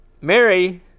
Mary